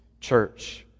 church